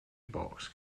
box